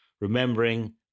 remembering